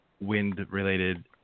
wind-related